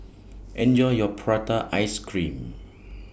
Enjoy your Prata Ice Cream